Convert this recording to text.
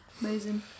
Amazing